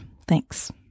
Thanks